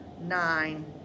nine